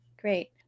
Great